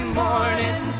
morning